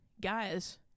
guys